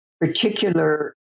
particular